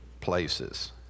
places